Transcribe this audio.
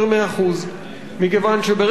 מכיוון שברגע שמעלים את המע"מ,